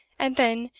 and then,